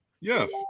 yes